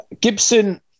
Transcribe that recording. Gibson